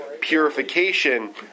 purification